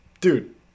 dude